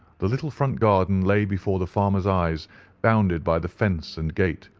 the little front garden lay before the farmer's eyes bounded by the fence and gate,